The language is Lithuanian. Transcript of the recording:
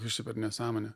kas čia per nesąmonė